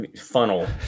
funnel